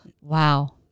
Wow